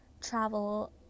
travel